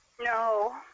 No